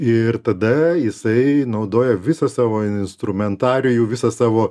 ir tada jisai naudoja visą savo instrumentarijų visą savo